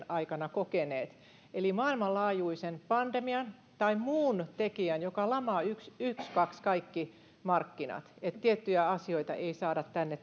aikana kokeneet eli maailmanlaajuisen pandemian tai muun tekijän joka lamaa ykskaks kaikki markkinat niin että tiettyjä asioita ei saada tänne